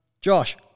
Josh